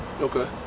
Okay